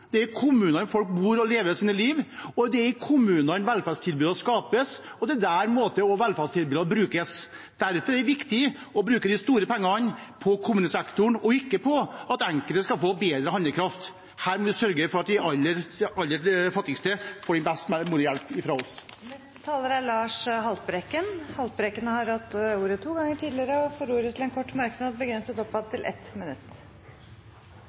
og lever sitt liv. Det er i kommunene velferdstilbudene skapes, og det er også der velferdstilbudene brukes. Derfor er det viktig å bruke de store pengene på kommunesektoren og ikke slik at enkelte skal få større kjøpekraft. Her må vi sørge for at de aller fattigste får en best mulig hjelp fra oss. Lars Haltbrekken har hatt ordet to ganger tidligere og får ordet til en kort merknad, begrenset til 1 minutt.